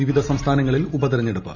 പിപിധ സംസ്ഥാനങ്ങളിൽ ഉപതെരഞ്ഞെടുപ്പ്